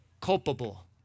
culpable